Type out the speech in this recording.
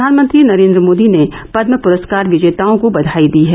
प्रधानमंत्री नरेन्द्र मोदी ने पदम पुरस्कार विजेताओं को बधाई दी है